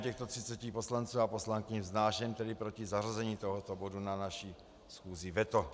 Jménem těchto 30 poslanců a poslankyň vznáším tedy proti zařazení tohoto bodu na naši schůzi veto.